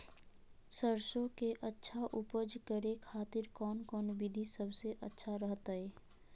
सरसों के अच्छा उपज करे खातिर कौन कौन विधि सबसे अच्छा रहतय?